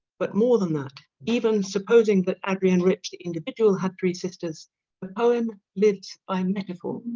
but more than that even supposing that adrienne rich the individual had three sisters the poem lives by metaphor